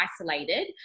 isolated